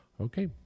Okay